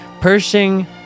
Pershing